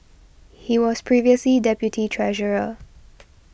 he was previously deputy treasurer